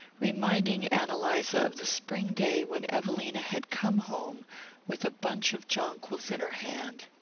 reminding ann eliza of the spring day when evelina had come home with a bunch of jonquils in her hand.